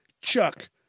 Chuck